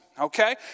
okay